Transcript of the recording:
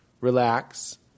Relax